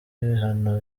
ibihano